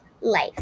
Life